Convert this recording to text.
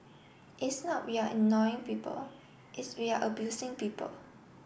it's not we're ignoring people it's we are abusing people